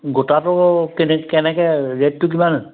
গোটাটো কেনে কেনেকে ৰেটটো কিমান